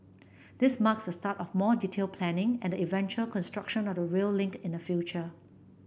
this marks the start of more detailed planning and the eventual construction of the rail link in the future